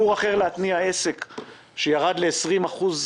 אני אומר לנציגי הממשלה ששומעים: לא ניתן למרוח את העניין הזה.